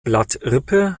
blattrippe